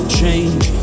change